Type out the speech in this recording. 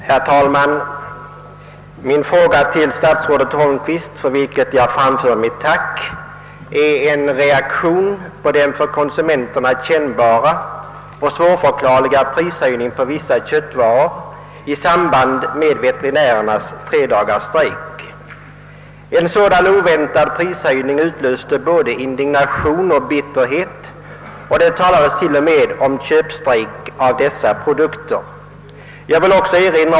Herr talman! Jag ber att få tacka statsrådet Holmqvist för svaret på min fråga. Den är en reaktion på den för konsumenterna kännbara och svårförklarliga prishöjningen på vissa köttvaror i samband med veterinärernas tredagarsstrejk. Denna oväntade Pprishöjning utlöste både indignation och bitterhet, och det talades t.o.m. om köpstrejk mot dessa produkter.